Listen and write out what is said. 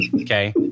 Okay